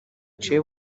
iciye